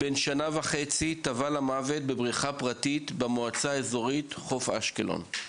בן שנה וחצי טבע למוות בבריכה פרטית במועצה האזורית חוף אשקלון,